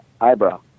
eyebrow